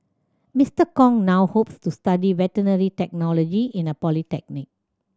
Mister Kong now hopes to study veterinary technology in a polytechnic